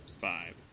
five